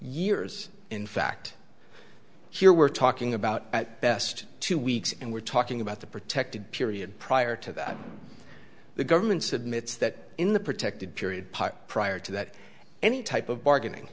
years in fact here we're talking about at best two weeks and we're talking about the protected period prior to that the governments admits that in the protected period prior to that any type of bargaining